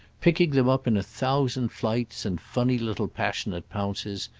picking them up in a thousand flights and funny little passionate pounces,